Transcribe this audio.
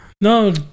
No